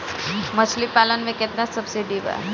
मछली पालन मे केतना सबसिडी बा?